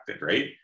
right